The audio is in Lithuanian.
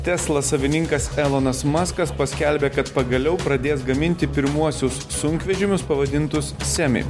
tesla savininkas elonas muskas paskelbė kad pagaliau pradės gaminti pirmuosius sunkvežimius pavadintus semi